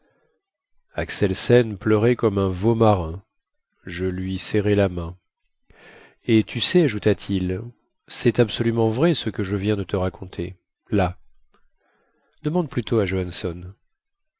axelsen pleurait comme un veau marin je lui serrai la main et tu sais ajouta-t-il cest absolument vrai ce que je viens de te raconter là demande plutôt à johanson